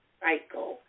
cycle